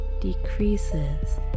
decreases